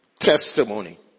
testimony